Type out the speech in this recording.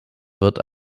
wird